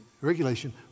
Regulation